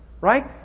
right